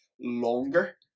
Longer